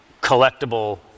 collectible